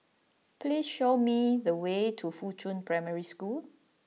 please show me the way to Fuchun Primary School